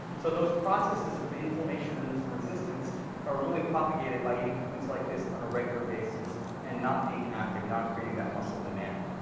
so those processes of inflammation and insulin resistance are really propagated by eating foods like this on a regular basis and not being active, not creating that muscle demand.